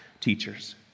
teachers